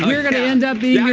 um you're going to end up being